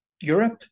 Europe